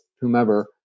whomever